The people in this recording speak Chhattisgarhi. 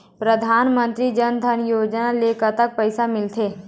परधानमंतरी जन धन योजना ले कतक पैसा मिल थे?